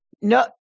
no